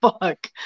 fuck